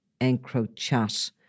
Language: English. EncroChat